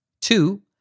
Two